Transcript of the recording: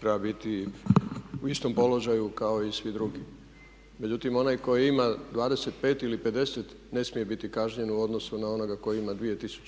treba biti u istom položaju kao i svi drugi. Međutim, onaj koji ima 25 ili 50 ne smije biti kažnjen u odnosu na onoga koji ima 2